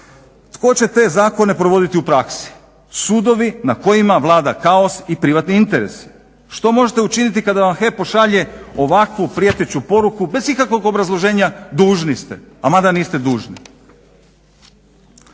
Tko će te zakone provoditi u praksi? Sudovi na kojima vlada kaos i privatni interesi. Što možete učiniti kada vam HEP pošalje ovakvu prijeteću poruku bez ikakvog obrazloženja dužni ste, a mada niste dužni.